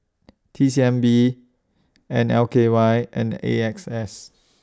T C M B L K Y and A X S